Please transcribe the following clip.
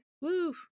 Woo